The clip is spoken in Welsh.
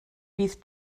bydd